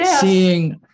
seeing